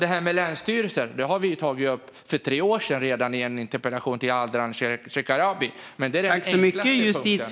Detta med länsstyrelserna tog vi upp redan för tre år sedan i en interpellation till Ardalan Shekarabi.